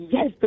Yes